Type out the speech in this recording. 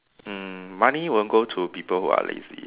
mm money won't go to people who are lazy